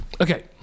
Okay